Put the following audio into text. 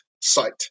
site